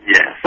Yes